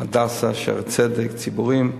"הדסה", "שערי צדק" ציבוריים.